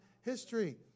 history